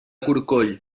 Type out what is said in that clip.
corcoll